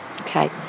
Okay